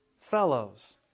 fellows